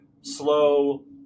slow